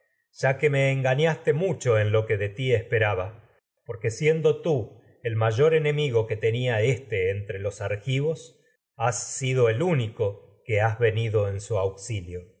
ya que me engañaste mucho en lo esperaba éste én porque los siendo tú el mayor enemigo que tenia entre argivos has y sido el único que en que has venido sencia su auxilio